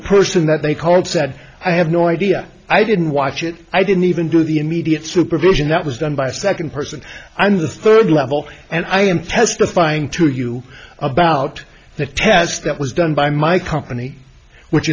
person that they called said i have no idea i didn't watch it i didn't even do the immediate supervision that was done by second person and the third level and i am testifying to you about the test that was done by my company which